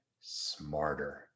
smarter